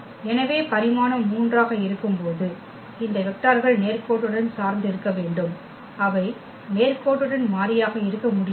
எனவே பரிமாணம் 3 ஆக இருக்கும்போது இந்த வெக்டார்கள் நேர்கோட்டுடன் சார்ந்து இருக்க வேண்டும் அவை நேர்கோட்டுடன் மாறியாக இருக்க முடியாது